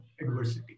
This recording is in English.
adversity